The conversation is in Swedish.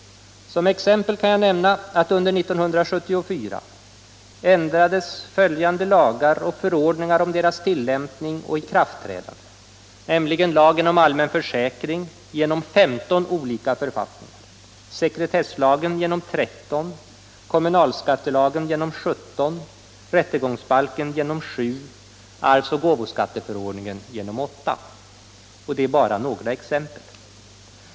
Som exempel kan jag nämna att under 1974 ändrades följande lagar och förordningar om deras tilllämpning och ikraftträdande, nämligen lagen om allmän försäkring genom 15 olika författningar, sekretesslagen genom 13, kommunalskattelagen genom 17, rättegångsbalken genom 7, arvs och gåvoskatteförordningen genom 8. Detta är bara några exempel.